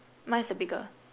mine is a bigger